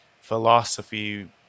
philosophy